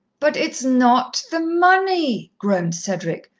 but it's not the money! groaned cedric.